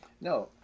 No